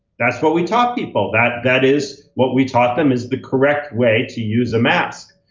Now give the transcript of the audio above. that's what we taught people. that that is what we taught them is the correct way to use a mask.